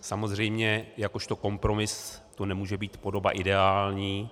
Samozřejmě jakožto kompromis to nemůže být podoba ideální.